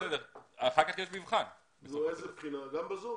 גם ב-זום?